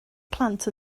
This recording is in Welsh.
plant